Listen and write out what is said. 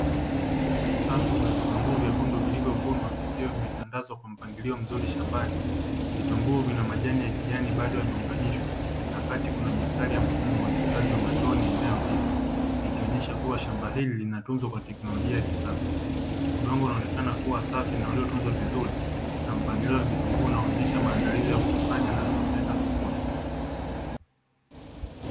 Safu za vitunguu vyekundu vilivyovunwa vikiwa vimetandazwa kwa mpangilio mzuri shambani, vitunguu vina majani ya kijani bado yameunganishwa na kati kuna mistari ya mfumo umwagiliaji wa matone inayopita ikionyesha kuwa shamba hili linatunzwa kwa teknolojia ya kisasa, udongo unaonekana kuwa safi na uliotunzwa vizuri na mpangilio wa vitunguu unaonyesha maandalizi ya kukusanya na kuyapeleka sokoni.